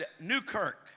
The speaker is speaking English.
Newkirk